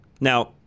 Now